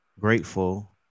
grateful